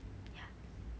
ya